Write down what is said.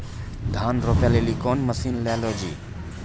धान रोपे लिली कौन मसीन ले लो जी?